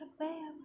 tak payah